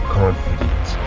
confidence